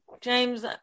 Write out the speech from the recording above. James